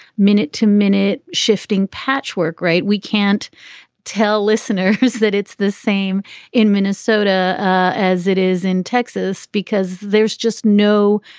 minute to minute shifting patchwork. right. we can't tell listeners that it's the same in minnesota as it is in texas because there's just no